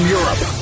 Europe